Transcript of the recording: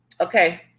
Okay